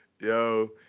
Yo